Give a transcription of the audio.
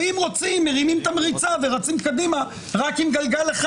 ואם רוצים מרימים את המריצה ורצים קדימה רק עם גלגל אחד.